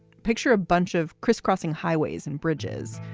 picture a bunch of criss crossing highways and bridges,